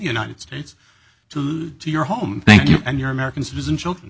united states to do your home thank you and your american citizen children